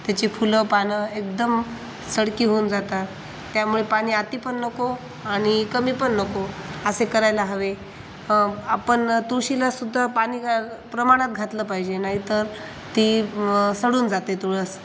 त्याची फुलं पानं एकदम सडकी होऊन जातात त्यामुळे पाणी अती पण नको आणि कमी पण नको असे करायला हवे आपण तुळशीलासुद्दा पाणी घ प्रमाणात घातलं पाहिजे नाहीतर ती सडून जाते तुळस